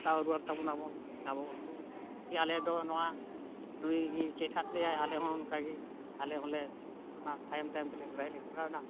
ᱦᱟᱛᱟᱣ ᱨᱩᱣᱟᱹᱲ ᱛᱟᱵᱚᱱᱟᱵᱚᱱ ᱟᱵᱚ ᱩᱱᱠᱩ ᱟᱞᱮᱫᱚ ᱱᱚᱣᱟ ᱱᱩᱭᱜᱮ ᱪᱮᱫ ᱟᱫ ᱞᱮᱭᱟ ᱟᱞᱮᱦᱚᱸ ᱚᱱᱠᱟᱜᱮ ᱟᱞᱮ ᱦᱚᱸᱞᱮ ᱥᱤᱵᱩ ᱥᱚᱨᱮᱱᱟᱜ ᱛᱟᱭᱚᱢ ᱛᱟᱭᱚᱢ ᱛᱮᱞᱮ ᱞᱟᱹᱲᱦᱟᱹᱭ ᱞᱮ ᱫᱷᱩᱨᱟᱹᱣ ᱮᱱᱟ